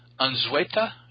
Anzueta